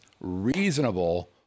reasonable